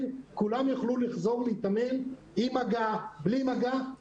כולם יוכלו לחזור להתאמן ללא בידוד.